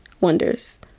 wonders